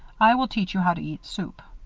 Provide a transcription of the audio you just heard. i will teach you how to eat soup.